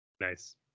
Nice